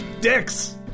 Dicks